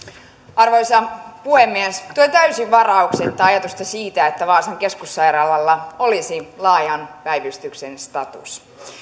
arvoisa puhemies tuen täysin varauksetta ajatusta siitä että vaasan keskussairaalalla olisi laajan päivystyksen status